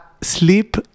sleep